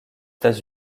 états